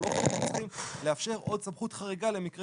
אנחנו לא חושבים שצריך לאפשר עוד סמכות חריגה למקרי